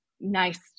nice